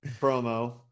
promo